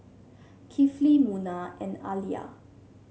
Kifli Munah and Alya